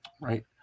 Right